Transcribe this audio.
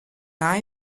eye